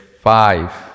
five